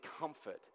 comfort